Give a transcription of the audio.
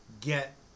get